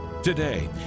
Today